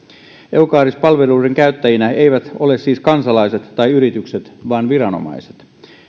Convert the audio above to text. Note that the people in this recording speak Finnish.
eucaris palveluiden käyttäjinä eivät ole siis kansalaiset tai yritykset vaan viranomaiset